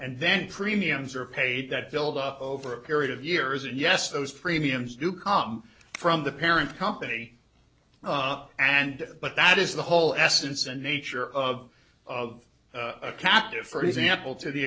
and then premiums are paid that build up over a period of years and yes those premiums do come from the parent company and but that is the whole essence and nature of of a captive for example to the